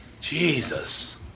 Jesus